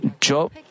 Job